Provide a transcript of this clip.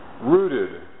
rooted